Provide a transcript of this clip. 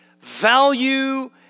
value